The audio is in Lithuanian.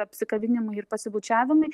apsikabinimai ir pasibučiavimai